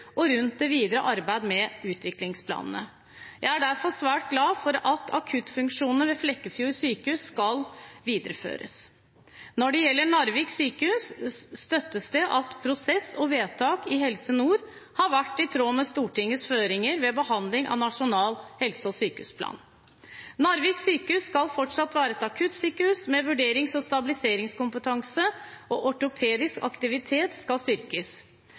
og rundt det videre arbeidet med utviklingsplanene. Jeg er derfor svært glad for at akuttfunksjonene ved Flekkefjord sykehus skal videreføres. Når det gjelder Narvik sykehus, støttes det at prosess og vedtak i Helse Nord har vært i tråd med Stortingets føringer ved behandlingen av Nasjonal helse- og sykehusplan. Narvik sykehus skal fortsatt være et akuttsykehus med vurderings- og stabiliseringskompetanse, og den ortopediske aktiviteten skal styrkes.